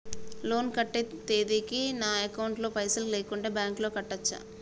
Loan కట్టే తేదీకి నా అకౌంట్ లో పైసలు లేకుంటే బ్యాంకులో కట్టచ్చా?